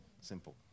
Simple